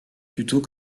plutôt